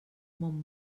mon